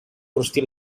rostit